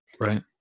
Right